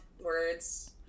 words